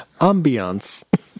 ambiance